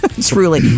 Truly